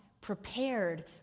prepared